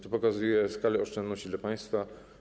To pokazuje skalę oszczędności dla państwa.